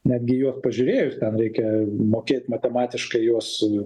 netgi į juos pažiūrėjus ten reikia mokėt matematiškai juos